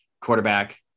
quarterback